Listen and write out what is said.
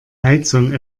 heizung